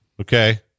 Okay